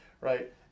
right